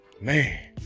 Man